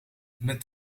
met